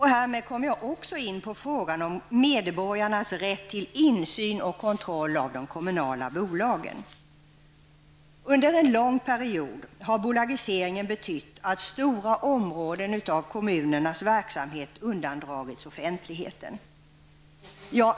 Härmed kommer jag också in på frågan om medborgarnas rätt till insyn och kontroll av de kommunala bolagen. Under en lång period har bolagiseringen betytt att stora områden av kommunernas verksamhet undandragits offentligheten.